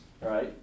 right